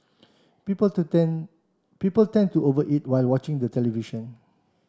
people to tend people tend to over eat while watching the television